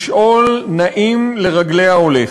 משעול נעים לרגלי ההולך.